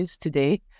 today